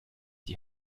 die